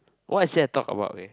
what is there to talk about eh